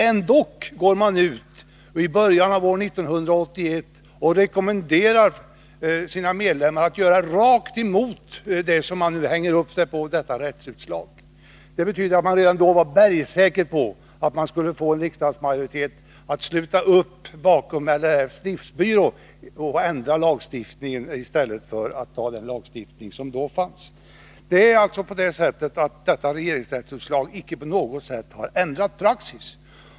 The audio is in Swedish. Ändå går man i början av 1981 ut och rekommenderar åtgärder som strider mot uppfattningen hos rättsnämndens majoritet och som herr Lundgren nu säger har förändrat rättsläget. Det betyder att man redan då var bergsäker på att man skulle få en riksdagsmajoritet att sluta upp bakom LRF:s driftbyrå och en ändring av lagen i stället för att ta den lagstiftning som då fanns. Detta regeringsrättsutslag har alltså inte på något sätt ändrat praxis.